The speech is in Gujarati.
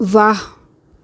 વાહ